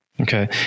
Okay